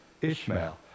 Ishmael